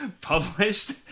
published